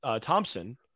Thompson